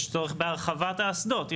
יש צורך בהרחבת האסדות,